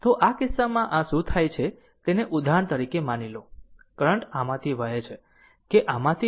તો આ કિસ્સામાં આ શું થાય છે તેને ઉદાહરણ તરીકે માની લો કરંટ આમાંથી વહે છે કે આમાંથી વહેતો કરંટ r i છે